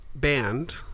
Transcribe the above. band